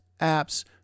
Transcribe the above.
apps